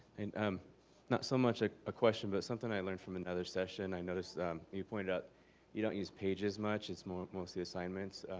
and um not so much a ah question, but something i learned from another question. i noticed you pointed out you don't use pages much, it's mostly assignments.